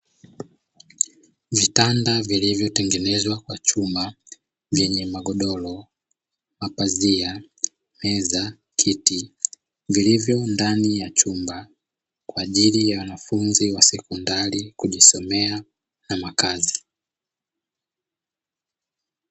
Vitanda vilivyotengenezwa kwa chuma vyenye magodoro, mapazia, meza, kiti vilivyo ndani ya chumba kwa ajili ya wanafunzi wa sekondari kujisomea na makazi.